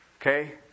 Okay